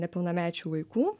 nepilnamečių vaikų